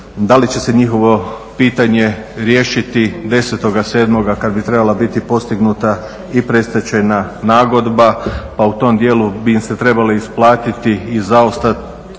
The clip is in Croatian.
Da li će se njihovo pitanje riješiti 10.07. kad bi trebala biti postignuta i predstečajna nagodba? Pa u tom dijelu bi im se trebalo isplatiti i zaostala